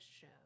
show